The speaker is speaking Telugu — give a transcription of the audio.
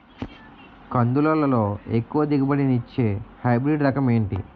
కందుల లో ఎక్కువ దిగుబడి ని ఇచ్చే హైబ్రిడ్ రకం ఏంటి?